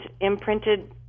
imprinted